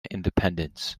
independence